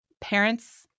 parents